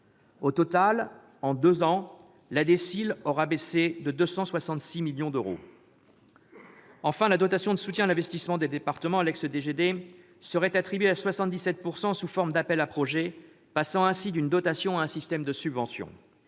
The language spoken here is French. Au total, en deux ans, la DSIL aura baissé de 266 millions d'euros. Enfin, la dotation de soutien à l'investissement des départements, l'ex-DGD, serait attribuée à 77 % sous forme d'appel à projets, passant ainsi d'une dotation à un système de subvention.